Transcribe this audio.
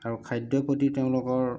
আৰু খাদ্যৰ প্ৰতি তেওঁলোকৰ